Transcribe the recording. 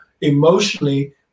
emotionally